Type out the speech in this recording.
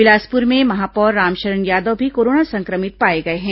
बिलासपुर में महापौर रामशरण यादव भी कोरोना संक्रमित पाए गए हैं